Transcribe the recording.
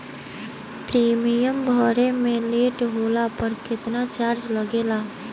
Premium भरे मे late होला पर केतना चार्ज लागेला?